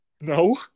No